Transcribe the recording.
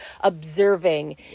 observing